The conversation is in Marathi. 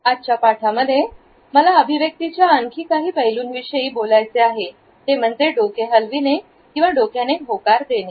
आजच्या पाठांमध्ये मला अभिव्यक्तीच्या आणखी एका पैलूंविषयी बोलायचे आहे तो म्हणजे डोके हलविणे आणि डोक्याने होकार देणे